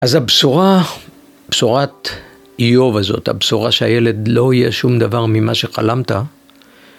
אז הבשורה, בשורת איוב הזאת, הבשורה שהילד לא יהיה שום דבר ממה שחלמת,